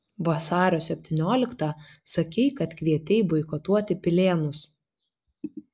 vasario septynioliktą sakei kad kvietei boikotuoti pilėnus